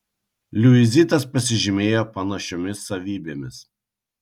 liuizitas pasižymėjo panašiomis savybėmis